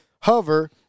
hover